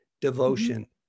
devotion